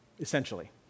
essentially